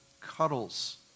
cuddles